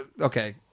okay